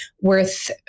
worth